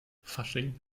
fasching